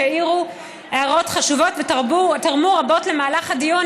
שהעירו הערות חשובות ותרמו רבות למהלך הדיון.